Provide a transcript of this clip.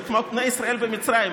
זה כמו בני ישראל במצרים,